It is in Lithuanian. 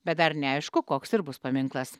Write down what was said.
bet dar neaišku koks ir bus paminklas